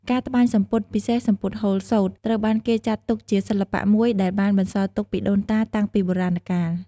ការត្បាញសំពត់ ពិសេសសំពត់ហូលសូត្រ ត្រូវបានគេចាត់ទុកជាសិល្បៈមួយដែលបានបន្សល់ទុកពីដូនតាតាំងពីបុរាណកាល។